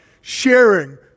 sharing